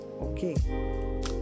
Okay